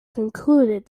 concluded